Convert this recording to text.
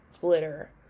glitter